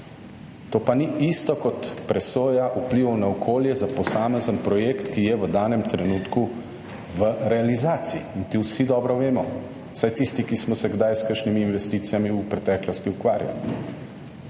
To pa ni isto kot presoja vplivov na okolje za posamezen projekt, ki je v danem trenutku v realizaciji in to vsi dobro vemo, vsaj tisti, ki smo se kdaj s kakšnimi investicijami v preteklosti ukvarjali